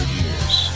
years